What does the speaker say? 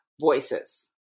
voices